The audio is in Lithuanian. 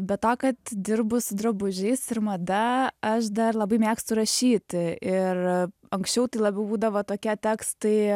be to kad dirbu su drabužiais ir mada aš dar labai mėgstu rašyti ir anksčiau tai labiau būdavo tokie tekstai